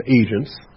agents